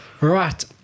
Right